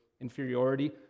inferiority